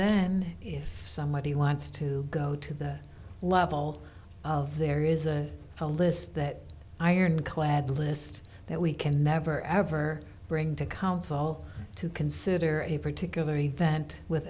then if somebody wants to go to the level of there is a whole list that ironclad list that we can never ever bring to council to consider a particular event with